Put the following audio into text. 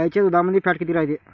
गाईच्या दुधामंदी फॅट किती रायते?